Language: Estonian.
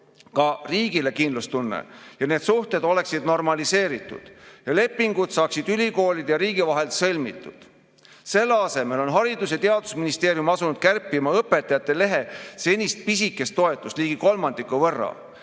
ka riigile kindlustunne. Need suhted oleksid normaliseeritud ja lepingud saaksid ülikoolide ja riigi vahel sõlmitud. Selle asemel on Haridus‑ ja Teadusministeerium asunud kärpima Õpetajate Lehe senist pisikest toetust ligi kolmandiku võrra.